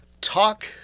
Talk